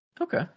Okay